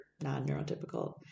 non-neurotypical